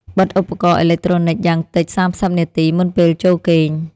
បិទឧបករណ៍អេឡិចត្រូនិកយ៉ាងតិច ៣០ នាទីមុនពេលចូលគេង។